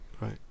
Right